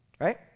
right